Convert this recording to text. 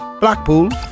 Blackpool